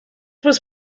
was